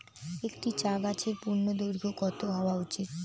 একটি চা গাছের পূর্ণদৈর্ঘ্য কত হওয়া উচিৎ?